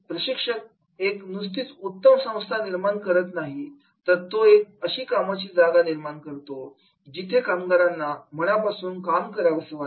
प्रशिक्षक एक नुसतीच उत्तम संस्था निर्माण करत नाही तर तो एक अशी कामाची जागा निर्माण करतो जिथे कामगारांना मनापासून काम करावं वाटतं